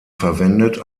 verwendet